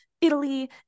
Italy